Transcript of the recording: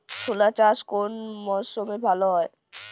ছোলা চাষ কোন মরশুমে ভালো হয়?